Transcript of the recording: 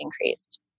increased